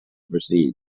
proceed